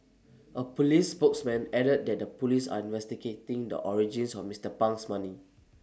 A Police spokesman added that the Police are investigating the origins of Mister Pang's money